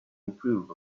improve